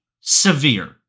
Severe